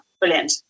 brilliant